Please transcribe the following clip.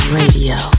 radio